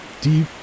deep